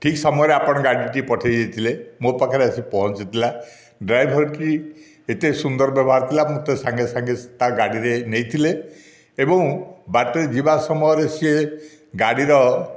ଠିକ୍ ସମୟରେ ଆପଣ ଗାଡ଼ିଟି ପଠେଇ ଦେଇଥିଲେ ମୋ ପାଖରେ ଆସିକି ପହଞ୍ଚିଥିଲା ଡ୍ରାଇଭର ଟି ଏତେ ସୁନ୍ଦର ବ୍ୟବହାର ଥିଲା ମୋତେ ସାଙ୍ଗେ ସାଙ୍ଗେ ତା ଗାଡ଼ିରେ ନେଇଥିଲେ ଏବଂ ବାଟରେ ଯିବା ସମୟରେ ସେ ଗାଡ଼ିର